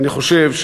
אני חושב,